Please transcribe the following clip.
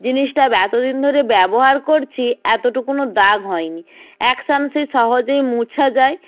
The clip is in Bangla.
জিনিসটা এতদিন ধরে ব্যবহার করছি এতটুকুনও দাগ হয়নি এক চান্সে সহজেই মোছা যায়